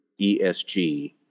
ESG